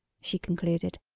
she concluded,